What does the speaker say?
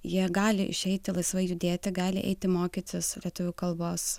jie gali išeiti laisvai judėti gali eiti mokytis lietuvių kalbos